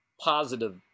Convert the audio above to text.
positive